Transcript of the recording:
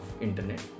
internet